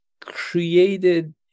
created